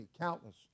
countless